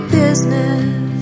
business